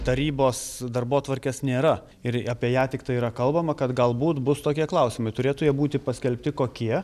tarybos darbotvarkės nėra ir apie ją tiktai yra kalbama kad galbūt bus tokie klausimai turėtų jie būti paskelbti kokie